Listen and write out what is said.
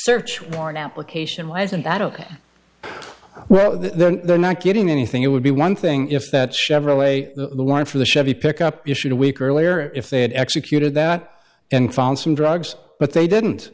search warrant application why isn't that ok well the not getting anything it would be one thing if that chevrolet the one for the chevy pickup issued a week earlier if they had executed that and found some drugs but they didn't